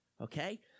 okay